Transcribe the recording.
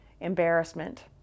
embarrassment